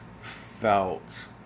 felt